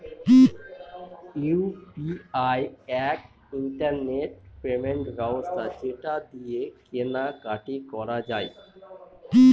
UPI এক internet payment ব্যবস্থা যেটা দিয়ে কেনা কাটি করা যায়